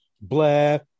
Blair